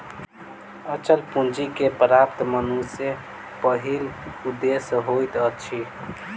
अचल पूंजी के प्राप्ति मनुष्यक पहिल उदेश्य होइत अछि